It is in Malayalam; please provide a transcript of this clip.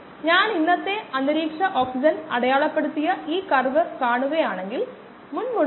പിന്നെ കട്ടയുടെ പുറം ഭാഗങ്ങളുമായി താരതമ്യപ്പെടുത്തുമ്പോൾ കട്ടയുടെ ആന്തരിക ഭാഗങ്ങൾ നശിപ്പിക്കാൻ കുറച്ച് സമയമെടുക്കും